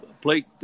plate